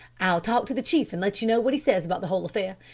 i'll talk to the chief and let you know what he says about the whole affair.